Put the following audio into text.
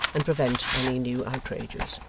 and prevent any new outrages.